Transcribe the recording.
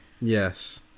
Yes